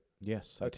Yes